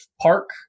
Park